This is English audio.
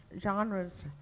genres